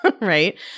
right